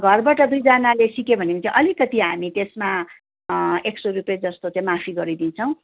घरबाट दुईजनाले सिक्यो भने चाहिँ अलिकति हामी त्यसमा एक सौँ रुपियाँ जस्तो चैँ माफी गरिदिन्छौँ